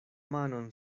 manon